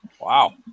Wow